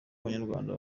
abanyarwanda